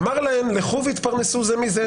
אמר להם: לכו והתפרנסו זה מזה.